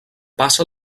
passa